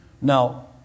Now